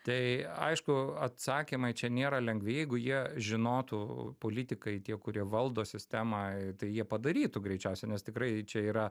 tai aišku atsakymai čia nėra lengvi jeigu jie žinotų politikai tie kurie valdo sistemą tai jie padarytų greičiausiai nes tikrai čia yra